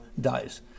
dies